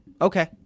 okay